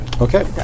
Okay